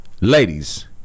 Ladies